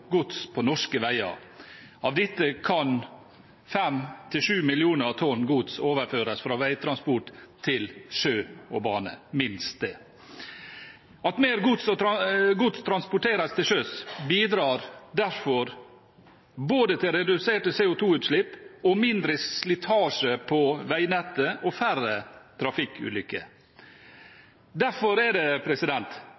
gods på norske veier. Av dette kan 5–7 millioner tonn gods overføres fra veitransport til sjø og bane – minst. At mer gods transporteres til sjøs, bidrar derfor både til reduserte CO2-utslipp, mindre slitasje på veinettet og færre